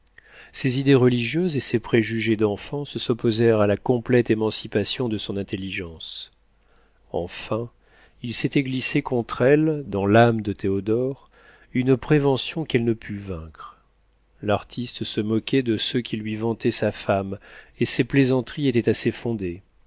ses idées religieuses et ses préjugés d'enfance s'opposèrent à la complète émancipation de son intelligence enfin il s'était glissé contre elle dans l'âme de théodore une prévention qu'elle ne put vaincre l'artiste se moquait de ceux qui lui vantaient sa femme et ses plaisanteries étaient assez fondées